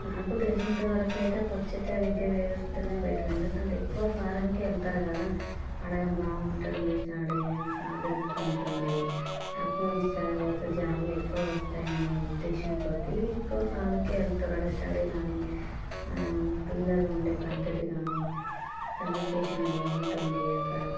నాకు తెలిసినంతవరకు అయితే ప్రస్తుత విద్య వ్యవస్థనే బెటర్ ఎందుకంటే ఎక్కువ ఫారిన్కే వెళ్తారు కదా అక్కడ బాగుంటుంది స్టడీ శాలరీ ఎక్కువ ఉంటుంది అక్కడ మంచి చాల వస్తే జాబులు ఎక్కువ వస్తాయని ఉద్దేశంక కొద్దీ ఎక్కువ ఫారిన్కే వెళ్తారు అక్కడ స్టడీ గానీ పిల్లలు ఉండే పద్ధతి గానీ కమ్యూనికేషన్ బాగుంటుంది అక్కడ